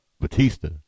Batista